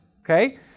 okay